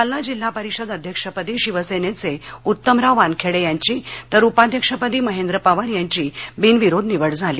जालना जिल्हा परिषद अध्यक्षपदी शिवसेनेचे उत्तमराव वानखेडे यांची तर उपाध्यक्षपदी महेंद्र पवार यांची बिनविरोध निवड झाली